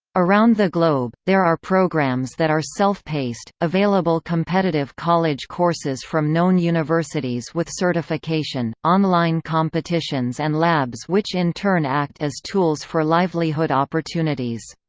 around the globe, there are programs that are self-paced, available competitive college courses from known universities with certification, online competitions and labs which in turn act as tools for livelihood opportunities.